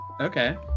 Okay